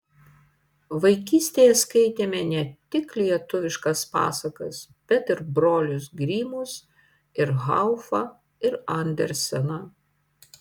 vaikystėje skaitėme ne tik lietuviškas pasakas bet ir brolius grimus ir haufą ir anderseną